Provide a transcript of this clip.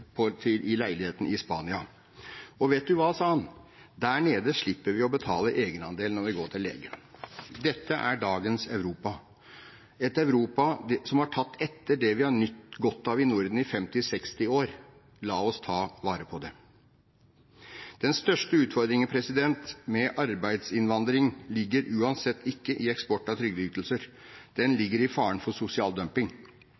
på hjelpemiddelsentralen i Fredrikstad. Han skulle reparere konas rullator, før de skulle av sted til et tre måneders opphold i leiligheten i Spania. Og vet du hva, sa han, der nede slipper vi å betale egenandel når vi går til legen. Dette er dagens Europa – et Europa som har tatt etter det vi har nytt godt av i Norden i 50–60 år. La oss ta vare på det. Den største utfordringen med arbeidsinnvandring ligger uansett ikke i